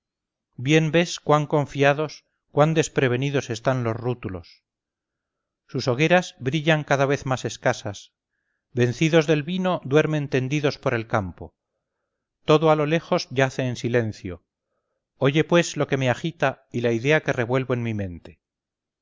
ves cuán confiados cuán desprevenidos están los rútulos sus hogueras brillan cada vez más escasas vencidos del vino duermen tendidos por el campo todo a lo lejos yace en silencio oye pues lo que me agita y la idea que revuelvo en mi mente